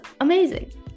amazing